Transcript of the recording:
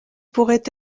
pourrait